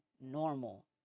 normal